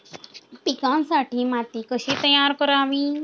पिकांसाठी माती कशी तयार करावी?